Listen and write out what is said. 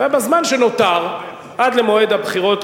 ובזמן שנותר עד למועד הבחירות,